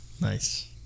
Nice